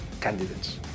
candidates